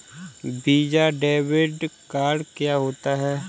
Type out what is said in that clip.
Visa debit card क्या होता है?